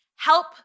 Help